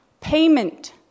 payment